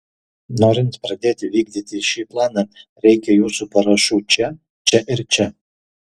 norint pradėti vykdyti šį planą reikia jūsų parašų čia čia ir čia